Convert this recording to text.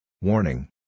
Warning